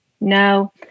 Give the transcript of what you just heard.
No